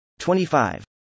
25